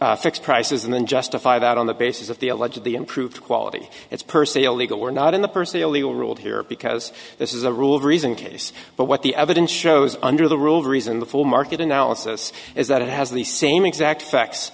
to fix prices and then justify that on the basis of the allegedly improved quality it's per se illegal we're not in the personnel legal ruled here because this is a rule reason case but what the evidence shows under the rule the reason the full market analysis is that it has the same exact facts